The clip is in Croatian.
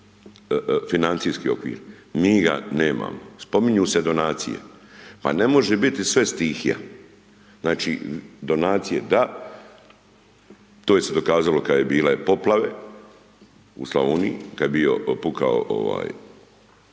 financijski okvir, mi ga nemamo, spominju se donacije, pa ne može biti sve stihija. Znači donacije da, to je se dokazalo kada su bile poplave, u Slavoniji oni kad je bijo pukao,